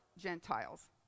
Gentiles